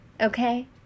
okay